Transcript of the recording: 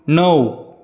णव